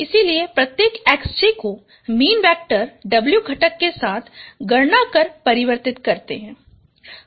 इसलिए प्रत्येक Xj को मीन वैक्टर W घटक के साथ गणना कर परिवर्तित करते हैं